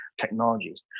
technologies